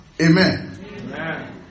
Amen